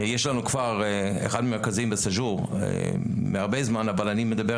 חשוב לי להגיד שאיאן פורמן קיבל